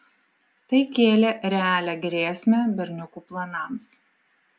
tai kėlė realią grėsmę berniukų planams